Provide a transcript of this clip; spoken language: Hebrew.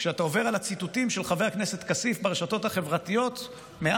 כשאתה עובר על הציטוטים של חבר הכנסת כסיף ברשתות החברתיות מאז,